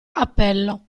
appello